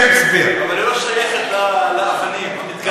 אבל היא לא שייכת לאבנים המתגלגלות.